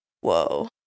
whoa